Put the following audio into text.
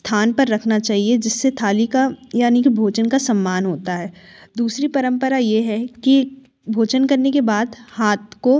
स्थान पर रखना चाहिए जिससे थाली का यानि कि भोजन का सम्मान होता है दूसरी परंपरा ये है कि भोजन करने के बाद हाथ को